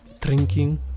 drinking